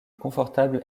confortable